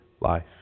life